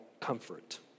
comfort